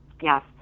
Yes